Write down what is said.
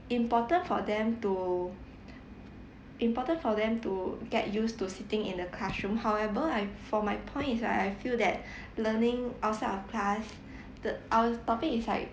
important for them to important for them to get used to sitting in the classroom however I for my point is right I feel that learning outside of class th~ our topic is like